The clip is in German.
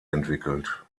entwickelt